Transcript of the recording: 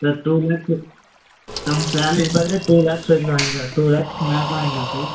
sir two lakhs sir உங்கள் salary பார்த்துட்டு two lakhs வரைலும் வாங்கிக்கலாம் டூ லேக்ஸ்க்கு மேல கூட வாங்கிக்கலாம் சார்